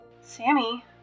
Sammy